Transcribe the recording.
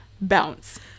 Bounce